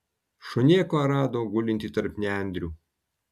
šunėką rado gulintį tarp nendrių